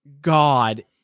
God